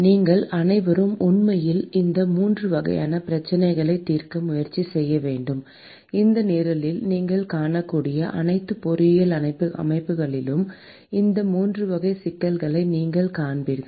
நீங்கள் அனைவரும் உண்மையில் இந்த 3 வகையான பிரச்சனைகளை தீர்க்க முயற்சிக்க வேண்டும் இந்த நிரலில் நீங்கள் காணக்கூடிய அனைத்து பொறியியல் அமைப்புகளிலும் இந்த 3 வகை சிக்கல்களை நீங்கள் காண்பீர்கள்